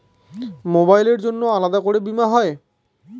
মোবাইলের জন্য আলাদা করে বীমা হয়?